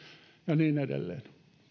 ja niin edelleen